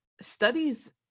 studies